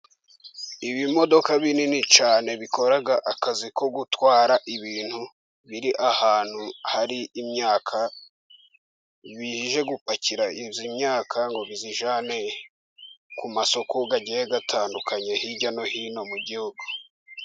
Ibimodoka binini cyane bikora akazi ko gutwara ibintu. Biri ahantu hari imyaka, bije gupakira imyaka ngo biyijyane ku masoko agiye atandukanye, hirya no hino mu gihugu.